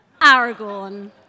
Aragorn